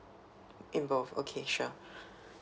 in both okay sure